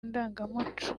ndangamuco